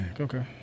Okay